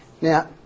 Now